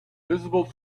visible